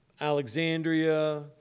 Alexandria